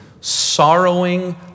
sorrowing